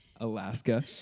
Alaska